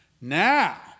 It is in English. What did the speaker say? Now